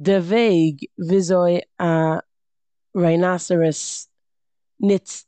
די וועג וויאזוי א ריינאסעריס נוצט